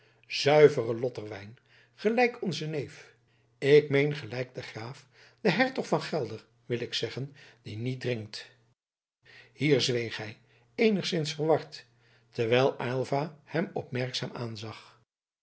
zuivere lotterwijn gelijk onze neef ik meen gelijk de graaf de hertog van gelder wil ik zeggen dien niet drinkt hier zweeg hij eenigszins verward terwijl aylva hem opmerkzaam aanzag